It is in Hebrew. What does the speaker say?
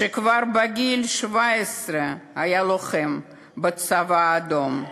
שכבר בגיל 17 היה לוחם בצבא האדום.